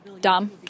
Dom